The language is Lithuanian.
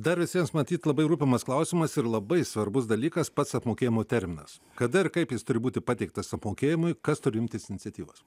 dar visiems matyt labai rūpimas klausimas ir labai svarbus dalykas pats apmokėjimo terminas kada ir kaip jis turi būti pateiktas apmokėjimui kas turi imtis iniciatyvos